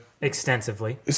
Extensively